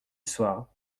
soir